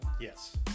Yes